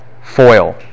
foil